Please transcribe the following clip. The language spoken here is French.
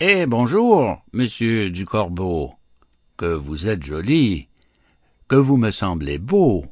hé bonjour monsieur du corbeau que vous êtes joli que vous me semblez beau